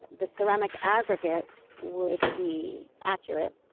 the ceramic aggregate would be accurate,